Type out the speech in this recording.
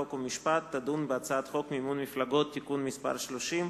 חוק ומשפט תדון בהצעת חוק מימון מפלגות (תיקון מס' 30)